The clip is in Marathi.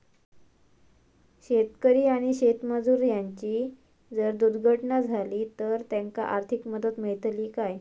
शेतकरी आणि शेतमजूर यांची जर दुर्घटना झाली तर त्यांका आर्थिक मदत मिळतली काय?